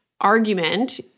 argument